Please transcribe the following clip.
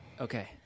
Okay